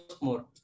more